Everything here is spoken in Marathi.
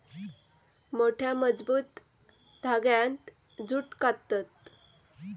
मोठ्या, मजबूत धांग्यांत जूट काततत